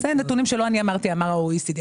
אלה נתונים שלא אני אמרתי, אלא אמר ה-OECD.